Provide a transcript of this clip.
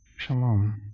Shalom